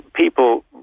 People